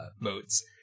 modes